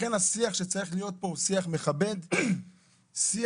השיח שצריך להיות פה הוא שיח מכבד, ושיח